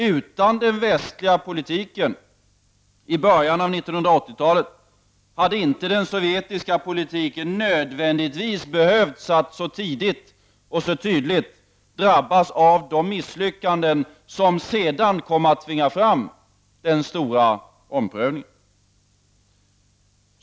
Utan den västliga politiken i början av 1980-talet hade inte den sovjetiska politiken nödvändigtvis behövt så tidigt och så tydligt drabbas av de misslyckanden som sedan kom att tvinga fram den stora omprövningen.